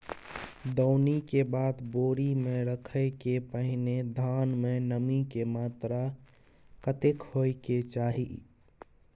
दौनी के बाद बोरी में रखय के पहिने धान में नमी के मात्रा कतेक होय के चाही?